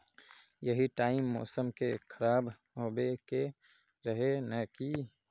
यही टाइम मौसम के खराब होबे के रहे नय की?